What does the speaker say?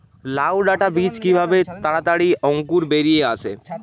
লাউ ডাটা বীজ কিভাবে তাড়াতাড়ি অঙ্কুর বেরিয়ে আসবে?